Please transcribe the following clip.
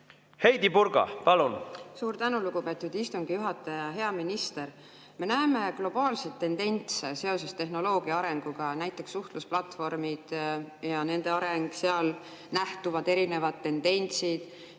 Heidy Purga, palun! Suur tänu, lugupeetud istungi juhataja! Hea minister! Me näeme globaalseid tendentse seoses tehnoloogia arenguga, näiteks suhtlusplatvormid ja nende areng. Seal nähtuvad erinevad tendentsid,